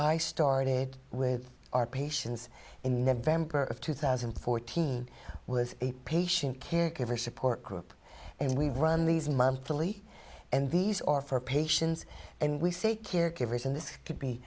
i started with our patients in november of two thousand and fourteen was a patient care giver support group and we run these monthly and these are for patients and we say caregivers and this could be